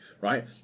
right